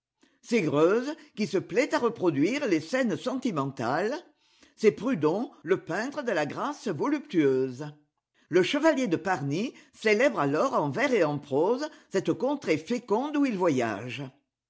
c'est greuze qui se plaît à reproduire les scènes sentimentales c'est prudhon le peintre de la grâce voluptueuse le chevalier de parny célèbre alors en vers et en prose cette contrée féconde où il voyage